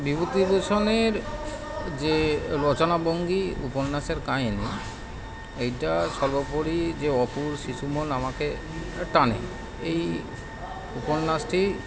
বিভূতিভূষণের যে রচনা ভঙ্গি উপন্যাসের কাহিনী এইটা সর্বোপরি যে অপু শিশুমন আমাকে একটা টানে এই উপন্যাসটি